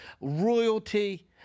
royalty